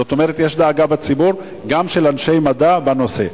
זאת אומרת, יש דאגה בציבור וגם של אנשי מדע בנושא,